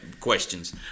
questions